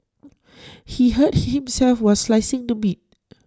he hurt him himself while slicing the meat